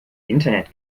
internet